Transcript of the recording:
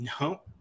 no